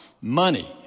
money